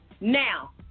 Now